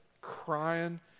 crying